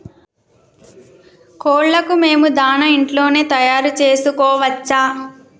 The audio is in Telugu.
కోళ్లకు మేము దాణా ఇంట్లోనే తయారు చేసుకోవచ్చా?